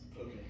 Okay